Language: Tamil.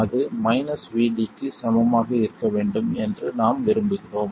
அது Vd க்கு சமமாக இருக்க வேண்டும் என்று நாம் விரும்புகிறோம்